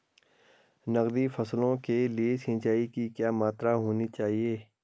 नकदी फसलों के लिए सिंचाई की क्या मात्रा होनी चाहिए?